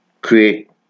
create